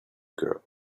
girl